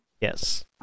Yes